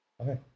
Okay